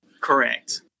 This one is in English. Correct